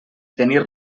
tenir